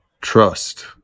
trust